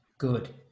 Good